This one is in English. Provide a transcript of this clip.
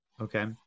Okay